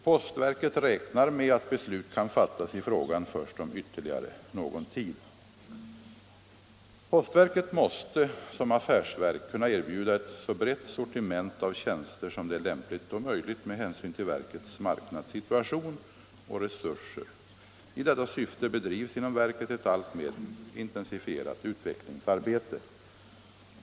Postverket räknar med att beslut kan fattas i frågan först om ytterligare någon tid. Postverket måste som affärsverk kunna erbjuda ett så brett sortiment av tjänster som det är lämpligt och möjligt med hänsyn till verkets marknadssituation och resurser. I detta syfte bedrivs inom verket ett alltmer intensifierat utvecklingsarbete.